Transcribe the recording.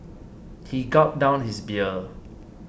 he gulped down his beer